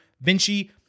Vinci